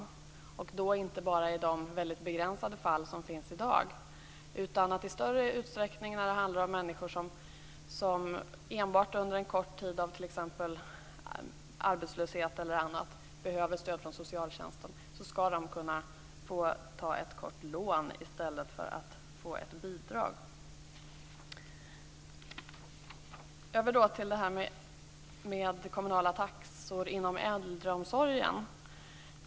Det gäller då inte enbart i de väldigt begränsade fall som finns i dag utan i större utsträckning, så att människor som enbart under en kort tid av t.ex. arbetslöshet behöver stöd från socialtjänsten skall kunna ta ett lån i stället för att få ett bidrag. Jag går sedan över till de kommunala taxorna inom äldreomsorgen.